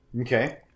Okay